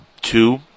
Two